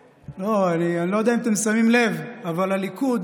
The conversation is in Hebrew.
לא, אני לא יודע אם אתם שמים לב, אבל בליכוד